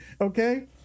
Okay